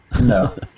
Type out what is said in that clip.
No